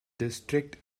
district